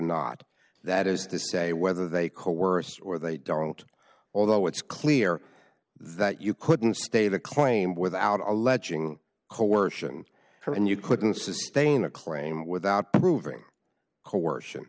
not that is to say whether they coerce or they don't although it's clear that you couldn't stay the claim without alleging coercion or and you couldn't sustain a claim without proving coercion